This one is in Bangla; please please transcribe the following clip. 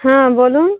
হ্যাঁ বলুন